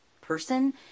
person